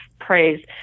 praise